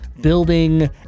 building